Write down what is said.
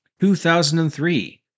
2003